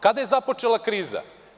Kada je započela kriza?